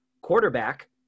quarterback